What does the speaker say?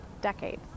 decades